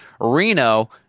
Reno